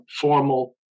formal